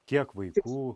kiek vaikų